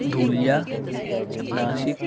Dhulia Nashik